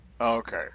Okay